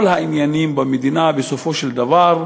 כל העניינים במדינה, בסופו של דבר,